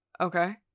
Okay